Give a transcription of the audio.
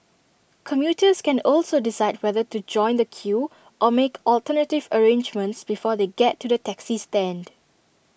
commuters can also decide whether to join the queue or make alternative arrangements before they get to the taxi stand